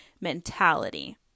mentality